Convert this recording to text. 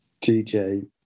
DJ